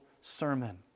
sermon